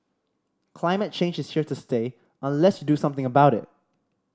climate change is here to stay unless do something about it